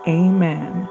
amen